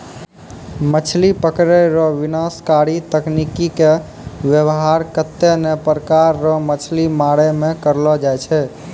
मछली पकड़ै रो विनाशकारी तकनीकी के वेवहार कत्ते ने प्रकार रो मछली मारै मे करलो जाय छै